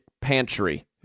Pantry